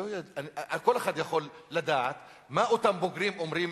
כל אחד יכול לדעת מה אותם בוגרים אומרים